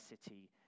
city